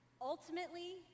Ultimately